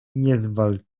niezwal